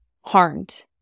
harmed